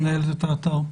שמנהלת את האתר.